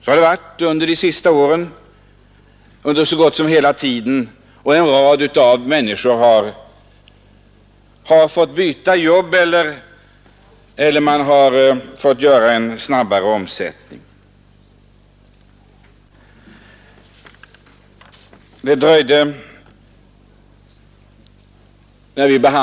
Så har det under de senaste åren varit nästan hela tiden. Många människor har fått byta jobb och man har fått göra täta personalomflyttningar.